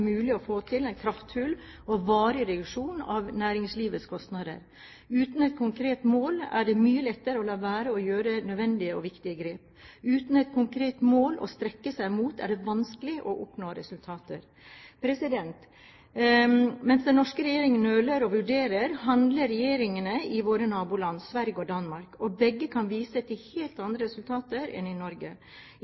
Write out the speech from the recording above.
mulig å få til en kraftfull og varig reduksjon i næringslivets kostnader. Uten et konkret mål er det mye lettere å la være å gjøre nødvendige og viktige grep. Uten et konkret mål å strekke seg mot er det vanskelig å oppnå resultater. Mens den norske regjeringen nøler og vurderer, handler regjeringene i våre naboland Sverige og Danmark, og begge kan vise til helt andre resultater enn i Norge. I